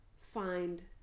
find